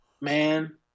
man